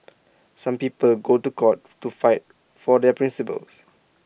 some people go to court to fight for their principles